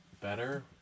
better